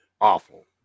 awful